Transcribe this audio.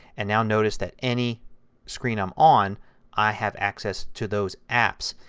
and now notice that any screen i'm on i have access to those apps.